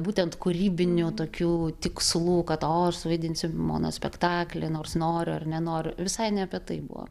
būtent kūrybinių tokių tikslų kad o suvaidinsiu monospektaklį nors noriu ar nenoriu visai ne apie tai buvo